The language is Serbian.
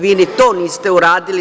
Vi ni to niste uradili.